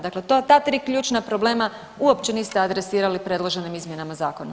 Dakle, ta tri ključna problema uopće niste adresirali predloženim izmjenama zakona.